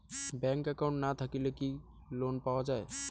Bank account না থাকিলে কি লোন পাওয়া য়ায়?